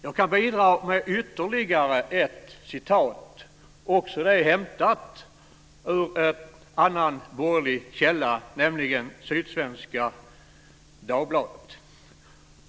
Jag kan bidra med ytterligare ett citat, också det hämtat ur en borgerlig källa, nämligen Sydsvenska Dagbladet.